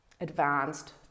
advanced